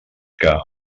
que